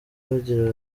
bagira